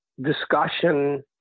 discussion